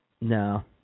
No